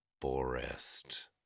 Forest